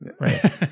right